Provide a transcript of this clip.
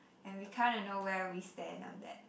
and we kinda know where we stand on that